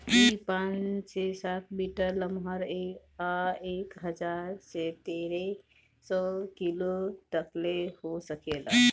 इ पाँच से सात मीटर लमहर आ एक हजार से तेरे सौ किलो तकले हो सकेला